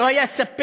לא היה סיפק,